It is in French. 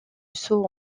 saut